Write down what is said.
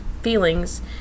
feelings